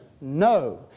No